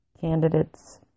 candidates